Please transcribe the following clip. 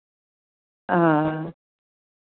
हां